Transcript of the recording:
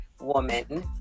woman